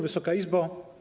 Wysoka Izbo!